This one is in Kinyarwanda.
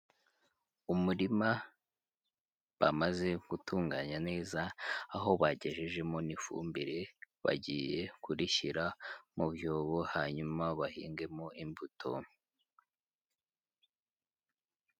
Umurima bamaze gutunganya neza, aho bagejejemo n'ifumbire. Bagiye kurishyira mu byobo, hanyuma bahingemo imbuto.